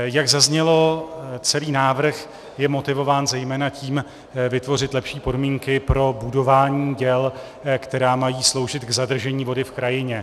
Jak zaznělo, celý návrh je motivován zejména tím, vytvořit lepší podmínky pro budování děl, která mají sloužit k zadržení vody v krajině.